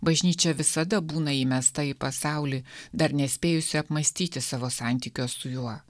bažnyčia visada būna įmesta į pasaulį dar nespėjusi apmąstyti savo santykio su juo